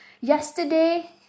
yesterday